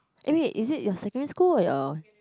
aye is it your secondary school or your